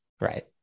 right